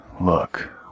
Look